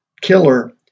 killer